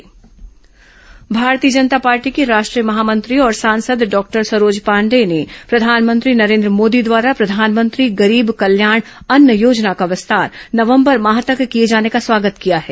गरीब कल्याण अन्न योजना सरोज पांडेय भारतीय जनता पार्टी की राष्ट्रीय महामंत्री और सांसद डॉक्टर सरोज पांडेय ने प्रधानमंत्री नरेंद्र मोदी द्वारा प्रधानमंत्री गरीब कल्याण अन्न योजना का विस्तार नवंबर माह तक किए जाने का स्वागत किया है